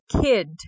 kid